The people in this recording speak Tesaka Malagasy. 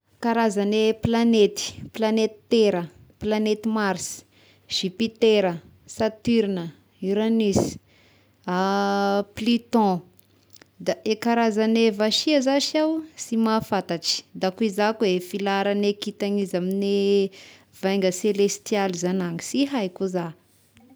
Karazagne planety: planety tera, planety mars, zipitera, saturne ah, uranus, pluton, da eh karazagne vasia zah si aho si mahafantatry, da koa izay koa filaharagne kintana izy amigne vainga selestialy zagny angy si haiko iza.